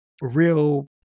real